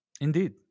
Indeed